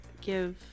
give